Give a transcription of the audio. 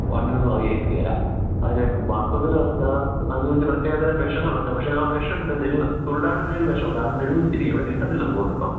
വണ്ടിനൊന്നും അത് ഏൽക്കുകയില്ല അതിനെ വാസ്തവത്തിൽ അതിന് വേണ്ടി പ്രത്യേകതരം വിഷങ്ങളുണ്ട് പക്ഷേ ആ വിഷം ഇവിടുന്ന് നിരോധിച്ച ഫ്ലൂരിഡാൻ എന്നൊരു വിഷമുണ്ട് അത് നിരോധിച്ചിരിക്കുകയാന് ഇവിടെ കിട്ടില്ലെന്ന് തോന്നുന്നു ഇപ്പം